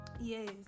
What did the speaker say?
Yes